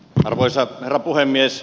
arvoisa herra puhemies